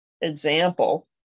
example